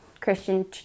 Christian